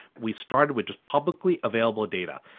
we started with just publicly available data.